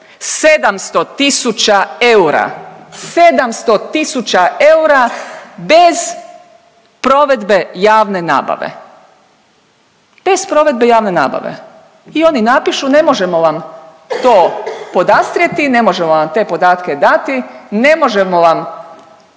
700 000 eura, 700 000 eura bez provedbe javne nabave, bez provedbe javne nabave. I oni napišu ne možemo vam to podastrijeti, ne možemo vam te podatke dati, ne možemo vam